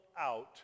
out